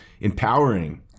empowering